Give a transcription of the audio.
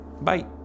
Bye